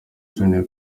junior